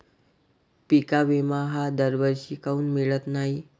पिका विमा हा दरवर्षी काऊन मिळत न्हाई?